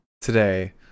today